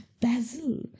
Basil